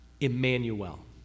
Emmanuel